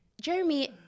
Jeremy